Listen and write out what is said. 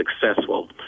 successful